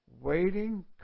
waiting